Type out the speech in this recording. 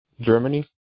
Germany